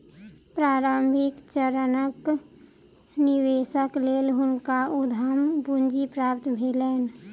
प्रारंभिक चरणक निवेशक लेल हुनका उद्यम पूंजी प्राप्त भेलैन